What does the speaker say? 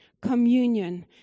Communion